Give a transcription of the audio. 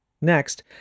next